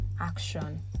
action